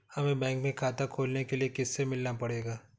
हमे बैंक में खाता खोलने के लिए किससे मिलना पड़ेगा?